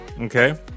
Okay